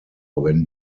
when